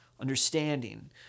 understanding